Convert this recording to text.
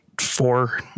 four